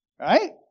Right